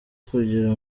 kugira